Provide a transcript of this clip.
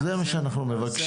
לא כל שכן, אוכלוסיות